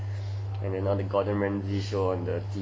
and then all the gordon ramsay show on the T_V ah